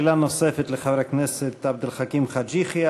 שאלה נוספת לחבר הכנסת עבד אל חכים חאג' יחיא.